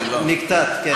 נקטעת, כן.